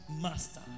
Master